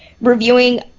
reviewing